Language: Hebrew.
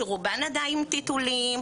שרובם עדיין עם טיטולים,